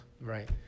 Right